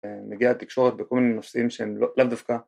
‫מגיעה תקשורת בכל מיני נושאים ‫שהם לאו דווקא.